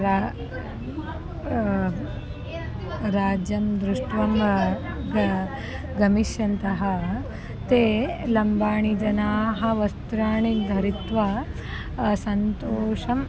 रा राज्यं दृष्ट्वा ग गमिष्यन्तः ते लम्बाणि जनाः वस्त्राणि धरित्वा सन्तोषम्